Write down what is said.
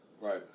Right